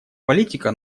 политика